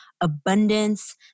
abundance